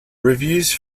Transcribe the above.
reviews